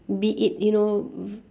be it you know